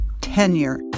tenure